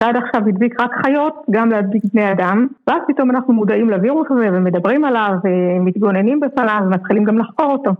עד עכשיו הדביק רק חיות, גם הדביק בני אדם ואז פתאום אנחנו מודעים לווירוס הזה ומדברים עליו ומתגוננים בפניו ומתחילים גם לחקור אותו